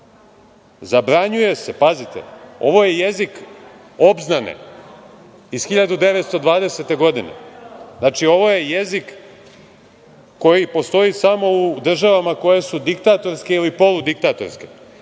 zabranjuje se… pazite, ovo je jezik obznane iz 1920. godine, znači ovo je jezik koji postoji samo u državama koje su diktatorske ili poludiktatorske.